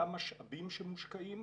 אותם המשאבים שמושקעים,